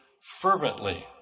fervently